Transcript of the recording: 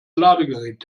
ladegerät